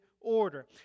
order